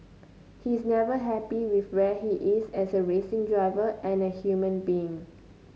he is never happy with where he is as a racing driver and a human being